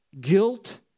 guilt